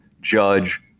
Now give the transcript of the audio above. Judge